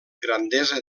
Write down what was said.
grandesa